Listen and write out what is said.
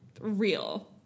real